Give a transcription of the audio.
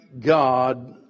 God